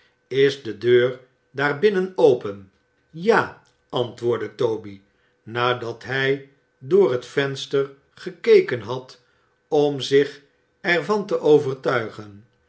is de deur daar binnen open ja antwoordde toby nadat hij door het venster gekeken had om zich er van te overtuigen